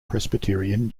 presbyterian